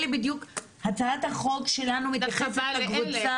הצעת החוק שלנו מתייחסת לאלה,